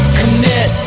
commit